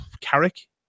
Carrick